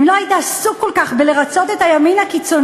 אם לא היית עסוק כל כך בלרצות את הימין הקיצוני,